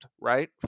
right